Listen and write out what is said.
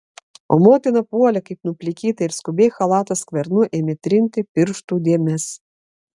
o motina puolė kaip nuplikyta ir skubiai chalato skvernu ėmė trinti pirštų dėmes